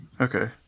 Okay